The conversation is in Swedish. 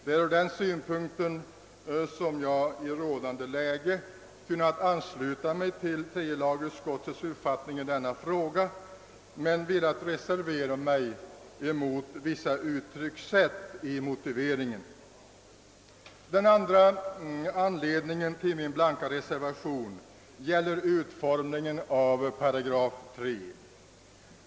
Det är ur den synpunkten som jag i rådande läge kunnat ansluta mig till tredje lagutskottets uppfattning i denna fråga, men jag har velat reservera mig mot vissa uttryckssätt i motiveringen. Den andra anledningen till min blanka reservation gäller utformningen av 3 8.